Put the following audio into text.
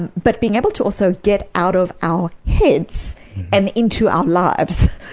and but being able to also get out of our heads and into our lives,